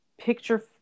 picture